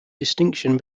distinction